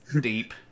deep